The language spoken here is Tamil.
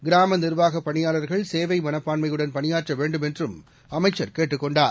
கிராம நிர்வாக பணியாளர்கள் சேவை மனப்பான்மையுடன் பணியாற்ற வேண்டும் என்றும் அமைச்சர் கேட்டுக் கொண்டார்